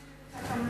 אני רוצה כמה מלים.